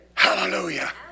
Hallelujah